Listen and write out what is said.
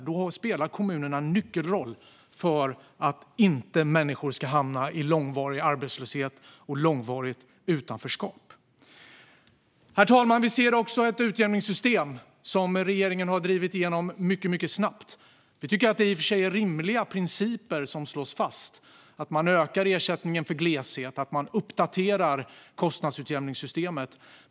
Då spelar kommunerna en nyckelroll för att människor inte ska hamna i långvarig arbetslöshet och långvarigt utanförskap. Herr talman! Vi ser också ett utjämningssystem som regeringen har drivit igenom mycket snabbt. Vi tycker i och för sig att det är rimliga principer som slås fast, att man ökar ersättningen till glesbygd och att man uppdaterar kostnadsutjämningssystemet.